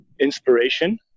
inspiration